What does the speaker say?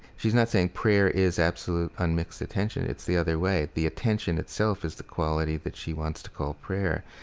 she's not saying prayer is absolute unmixed attention it's the other way. the attention itself is the quality that she wants to call prayer.